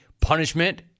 punishment